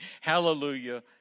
Hallelujah